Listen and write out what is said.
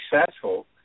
successful